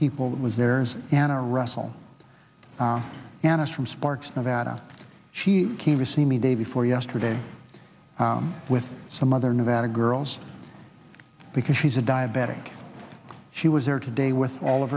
that was there's an a russell yanis from sparks nevada she came to see me day before yesterday with some other nevada girls because she's a diabetic she was there today with all of